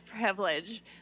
privilege